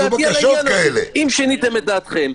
אם שיניתם את דעתכם,